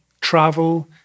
travel